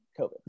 COVID